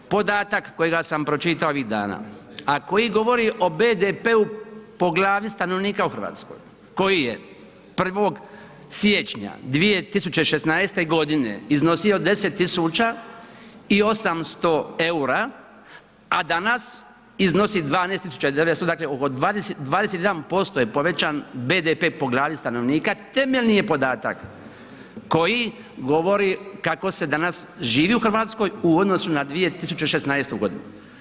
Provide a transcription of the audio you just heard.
Podatak kojega sam pročitao ovih dana a koji govori o BDP-u po glavi stanovnika u Hrvatskoj koji je 1. siječnja 2016. godine iznosi 10 tisuća i 800 eura a danas iznosi 12 tisuća i 900, dakle oko 21% je povećan BDP po glavi stanovnika temeljni je podatak koji govori kako se danas živi u Hrvatskoj u odnosu na 2016. godinu.